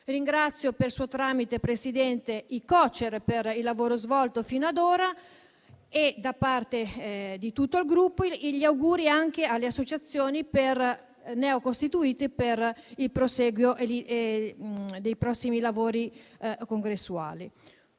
Ringrazio, per suo tramite, Presidente, i Cocer per il lavoro svolto fino ad ora. Da parte di tutto il Gruppo, faccio gli auguri anche alle associazioni neocostituite per il prosieguo dei prossimi lavori congressuali.